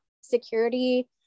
security